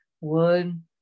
wood